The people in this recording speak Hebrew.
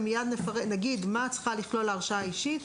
ומיד נגיד מה צריכה לכלול ההרשאה האישית,